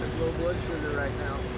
blood sugar right now.